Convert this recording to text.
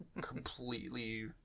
completely